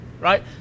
right